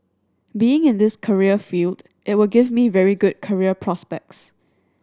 being in this career field it would give me very good career prospects